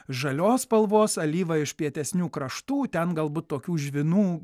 žalios spalvos alyva iš pietesnių kraštų ten galbūt tokių žvynų